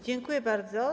Dziękuję bardzo.